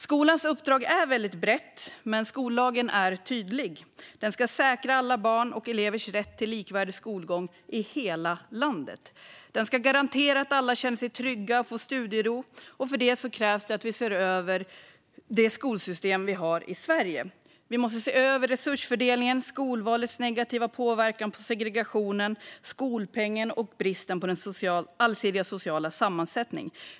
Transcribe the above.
Skolans uppdrag är brett, men skollagen är tydlig: Skolan ska säkra alla barns och elevers rätt till likvärdig skolgång i hela landet. Den ska garantera att alla känner sig trygga och får studiero. För detta krävs att vi ser över det skolsystem som vi har i Sverige. Vi måste se över resursfördelningen, skolvalets negativa påverkan på segregationen, skolpengen och bristen på den allsidiga sociala sammansättningen.